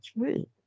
true